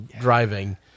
driving